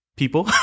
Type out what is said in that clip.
people